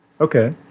Okay